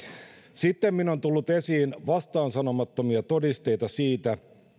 sittemmin on tullut esiin vastaansanomattomia todisteita siitä